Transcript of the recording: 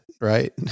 Right